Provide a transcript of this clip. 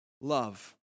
Love